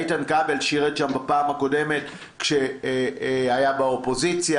איתן כבל שירת שם בפעם הקודמת כאשר היה באופוזיציה,